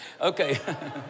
Okay